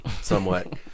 somewhat